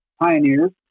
Pioneers